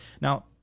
Now